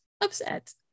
upset